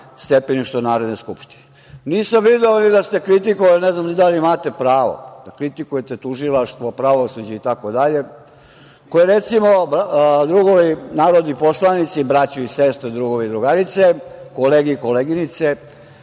stepeništu Narodne skupštine. Nisam video ni da ste kritikovali, ne znam ni da li imate pravo da kritikujete tužilaštvo, pravosuđe itd. koje, recimo, drugovi narodni poslanici, braćo i sestre, drugovi i drugarice, kolege i koleginice,